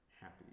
happy